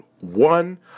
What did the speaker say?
one